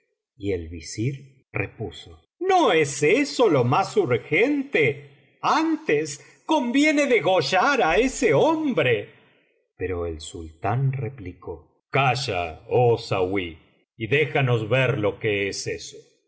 y el visir repuso no es eso lo más urgente antes conviene degollar á ese hombre pero el sultán replicó callg oh sauí y déjanos ver lo que es eso